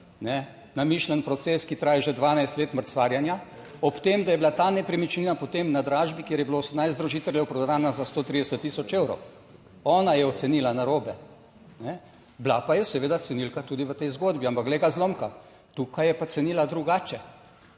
namišljen proces, ki traja že 12 let mrcvarjenja. Ob tem, da je bila ta nepremičnina potem na dražbi, kjer je bilo 18 združiteljev, prodana za 130 tisoč evrov. Ona je ocenila narobe. Bila pa je seveda cenilka tudi v tej zgodbi, ampak glej ga zlomka, tukaj je pa cenila drugače.